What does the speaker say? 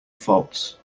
faults